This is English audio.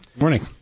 morning